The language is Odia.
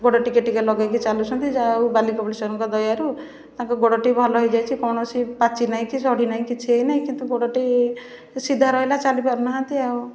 ଗୋଡ଼ ଟିକେ ଟିକେ ଲଗେଇକି ଚାଲୁଛନ୍ତି ଯାହା ହେଉ ବାଲି କପିଳେଶ୍ୱରଙ୍କ ଦୟାରୁ ତାଙ୍କ ଗୋଡ଼ ଟି ଭଲ ହେଇଯାଇଛି କୌଣସି ପାଚିନାହିଁ କି ସଢ଼ି ନାହିଁ କିଛି ହେଇ ନେଇଁ କିନ୍ତୁ ଗୋଡ଼ଟି ସିଧା ରହିଲା ଚାଲି ପାରୁନାହାଁନ୍ତି ଆଉ